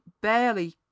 barely